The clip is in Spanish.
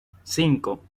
cinco